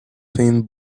thin